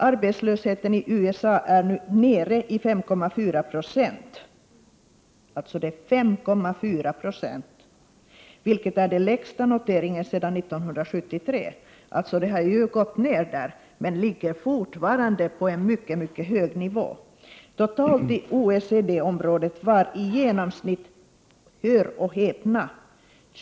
Arbetslösheten i USA är nu nere i 5,4 procent, vilket är den lägsta noteringen sedan 1973.” Den har alltså gått ned men ligger fortfarande på en mycket hög nivå. ”Totalt i OECD-området var i genomsnitt” — hör och häpna!